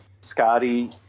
Scotty